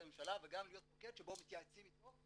הממשלה וגם להיות מוקד שבו מתייעצים איתו,